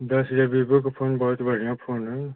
दस हजार बीबो का फोन बहुत बढ़ियां फोन है